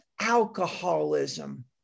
alcoholism